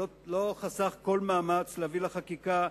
שלא חסך כל מאמץ להביא לחקיקה,